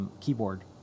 keyboard